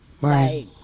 Right